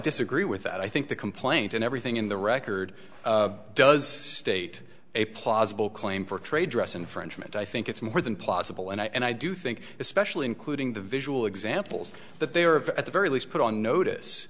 disagree with that i think the complaint and everything in the record does state a plausible claim for trade dress infringement i think it's more than possible and i do think especially including the visual examples that they are of at the very least put on notice